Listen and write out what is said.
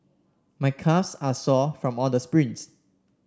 my calves are sore from all the sprints